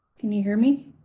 can you hear me?